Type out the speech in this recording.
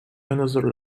another